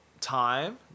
time